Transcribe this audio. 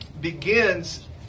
begins